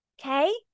okay